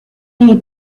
need